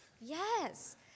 Yes